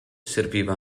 serviva